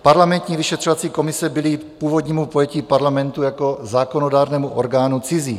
Parlamentní vyšetřovací komise byly původnímu pojetí parlamentu jako zákonodárného orgánu cizí.